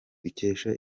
dukesha